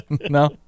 no